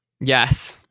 yes